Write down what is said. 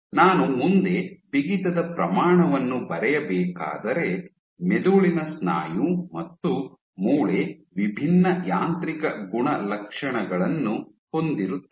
ನಾನು ಮುಂದೆ ಬಿಗಿತದ ಪ್ರಮಾಣವನ್ನು ಬರೆಯಬೇಕಾದರೆ ಮೆದುಳಿನ ಸ್ನಾಯು ಮತ್ತು ಮೂಳೆ ವಿಭಿನ್ನ ಯಾಂತ್ರಿಕ ಗುಣಲಕ್ಷಣಗಳನ್ನು ಹೊಂದಿರುತ್ತದೆ